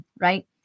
Right